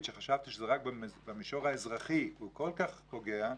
שחשבתי שזה רק במישור האזרחי והוא כל כך פוגע,